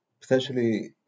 potentially